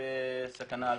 סכנה לכולם.